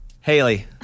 Haley